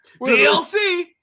DLC